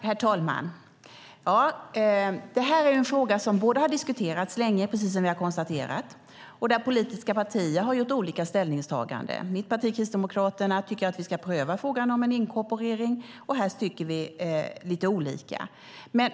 Herr talman! Det här är en fråga som både har diskuterats länge, precis som vi har konstaterat, och där politiska partier har gjort olika ställningstaganden. Mitt parti, Kristdemokraterna, tycker att vi ska pröva frågan om en inkorporering. Här tycker vi lite olika.